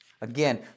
Again